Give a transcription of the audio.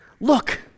look